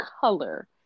color